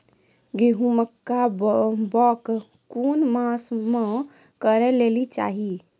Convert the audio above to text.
गेहूँमक बौग कून मांस मअ करै लेली चाही?